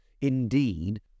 Indeed